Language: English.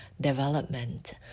development